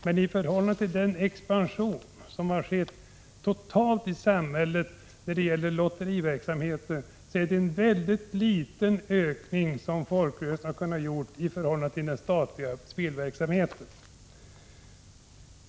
Men i förhållande till den expansion som har skett totalt i samhället av lotteriverksamheten har folkrörelsernas lotterier haft en mycket liten ökning jämfört med den statliga spelverksamheten.